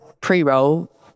pre-roll